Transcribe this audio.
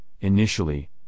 initially